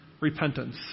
repentance